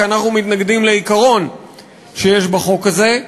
כי אנחנו מתנגדים לעיקרון שיש בחוק הזה,